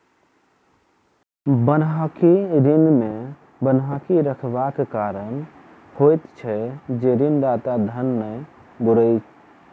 बन्हकी ऋण मे बन्हकी रखबाक कारण होइत छै जे ऋणदाताक धन नै बूड़य